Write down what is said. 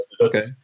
Okay